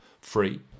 Free